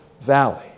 valley